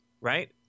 right